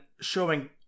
showing